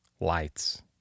Lights